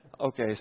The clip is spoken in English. okay